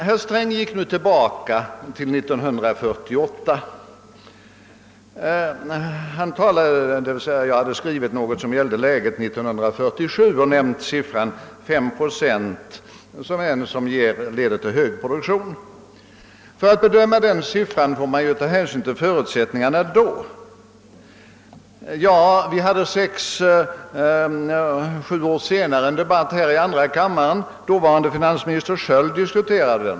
Herr Sträng gick tillbaka till 1948, då jag hade skrivit något som gällde läget 1947 och nämnt siffran 5 procent arbetslösa såsom en som leder till hög produktion. Men för att bedöma den siffran får man ta hänsyn till då rådande förutsättningar. Sex, sju år senare fördes här i kammaren en debatt i vilken dåvarande finansminister Sköld deltog.